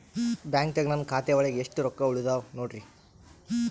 ಬ್ಯಾಂಕ್ದಾಗ ನನ್ ಖಾತೆ ಒಳಗೆ ಎಷ್ಟ್ ರೊಕ್ಕ ಉಳದಾವ ನೋಡ್ರಿ?